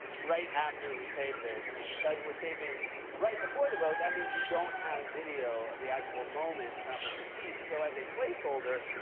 right after we tape this and because we're taping right before the vote, that means we don't have video of the actual moment trump was impeached. so as a placeholder,